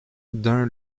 dun